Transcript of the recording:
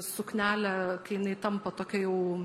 suknelė kai jinai tampa tokia jau